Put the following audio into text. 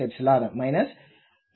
లు ఉన్నాయి